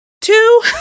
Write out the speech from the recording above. Two